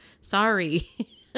Sorry